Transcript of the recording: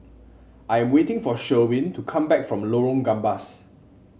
I am waiting for Sherwin to come back from Lorong Gambas